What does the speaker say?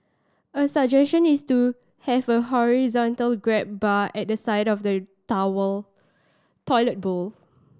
a suggestion is to have a horizontal grab bar at the side of the tower toilet bowl